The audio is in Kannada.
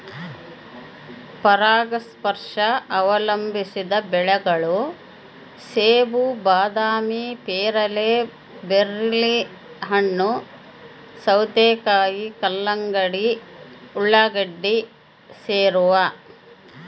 ಪರಾಗಸ್ಪರ್ಶ ಅವಲಂಬಿಸಿದ ಬೆಳೆಗಳು ಸೇಬು ಬಾದಾಮಿ ಪೇರಲೆ ಬೆರ್ರಿಹಣ್ಣು ಸೌತೆಕಾಯಿ ಕಲ್ಲಂಗಡಿ ಉಳ್ಳಾಗಡ್ಡಿ ಸೇರವ